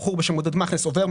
בחור בשם עודד מכנס עובר,